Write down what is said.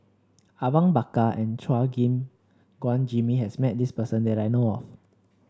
Awang Bakar and Chua Gim Guan Jimmy has met this person that I know of